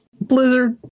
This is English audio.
Blizzard